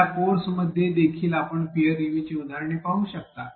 या कोर्स मध्ये देखील आपण पीयर रिव्ह्यूची उदाहरणे पाहू शकता